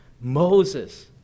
Moses